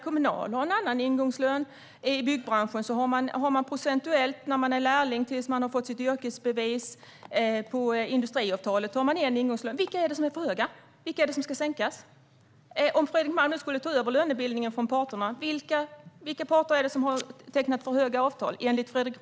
Kommunal har en annan ingångslön. I byggbranschen har man en procentuell lön när man är lärling, tills man har fått sitt yrkesbevis. Enligt industriavtalet har man ytterligare en annan ingångslön. Vilka av dessa ingångslöner är det som är för höga? Vilka är det som ska sänkas? Vilka parter är det som har tecknat avtal med för höga ingångslöner, enligt Fredrik Malm, om han nu skulle ta över lönebildningen från parterna?